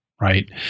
Right